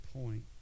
point